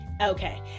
Okay